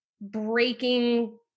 breaking